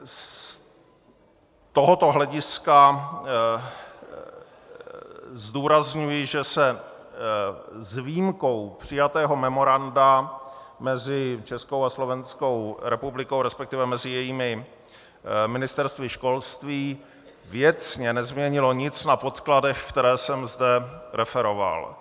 Z tohoto hlediska zdůrazňuji, že se s výjimkou přijatého memoranda mezi Českou a Slovenskou republikou, resp. mezi jejími ministerstvy školství, věcně nezměnilo nic na podkladech, které jsem zde referoval.